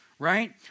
right